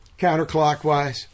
counterclockwise